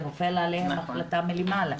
זה נופל עליהם בהחלטה מלמעלה.